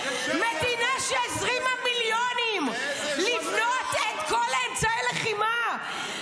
מדינה שהזרימה מיליונים לבנות את כל אמצעי הלחימה.